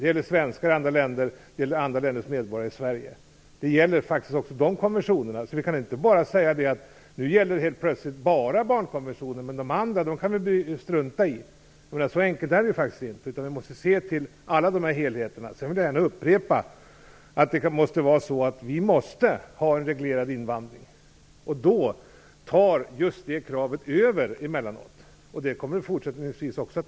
Det gäller svenskar i andra länder. Det gäller andra länders medborgare i Sverige. De konventionerna gäller faktiskt också. Vi kan inte säga att det helt plötsligt bara är barnkonventionen som gäller och att vi kan strunta i de andra. Så enkelt är det faktiskt inte. Vi måste se till helheten. Jag vill gärna upprepa att vi måste ha en reglerad invandring. Just det kravet tar över emellanåt. Det måste det göra fortsättningsvis också.